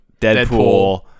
Deadpool